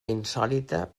insòlita